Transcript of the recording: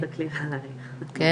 על פי המחקר במכבי שהם היחידים שבדקו